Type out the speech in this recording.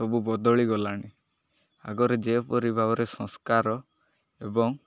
ସବୁ ବଦଳି ଗଲାଣି ଆଗରେ ଯେପରି ଭାବରେ ସଂସ୍କାର ଏବଂ